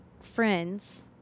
friends